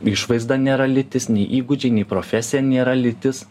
išvaizda nėra lytis nei įgūdžiai nei profesija nėra lytis